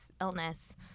illness